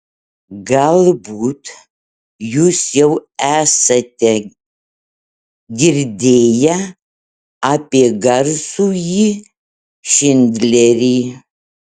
galbūt jūs jau esate girdėję apie garsųjį šindlerį